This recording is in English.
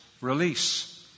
release